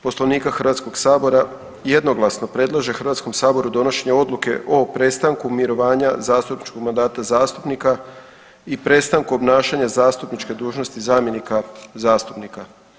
Poslovnika Hrvatskog sabora jednoglasno predlaže Hrvatskom saboru donošenje odluke o prestanku mirovanja zastupničkog mandata zastupnika i prestanku obnašanja zastupničke dužnosti zamjenika zastupnika.